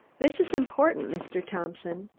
this is important, mr. thompson.